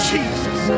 Jesus